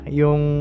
yung